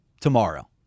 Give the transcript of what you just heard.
tomorrow